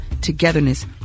togetherness